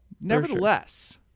Nevertheless